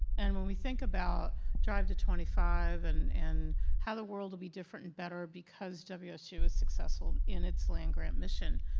and when we think about drive to twenty five and and how the world will be different and better because wsu was successful in its land grant mission,